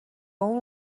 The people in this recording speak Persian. اون